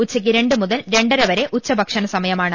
ഉച്ചയ്ക്ക് രണ്ട് മുതൽ രണ്ടര വരെ ഉച്ച ഭക്ഷണസമയമാണ്